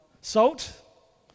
Salt